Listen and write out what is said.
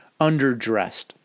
underdressed